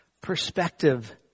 perspective